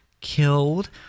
killed